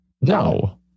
No